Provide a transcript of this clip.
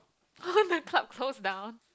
the club close down